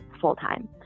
full-time